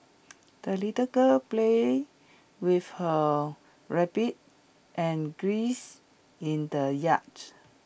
the little girl played with her rabbit and in the yard